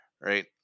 Right